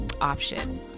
option